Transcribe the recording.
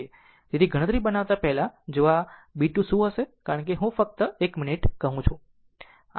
તેથી ગણતરી બતાવતા પહેલા જો જુઓ b 2 શું હશે કારણ કે હું ફક્ત 1 મિનિટ કહું છું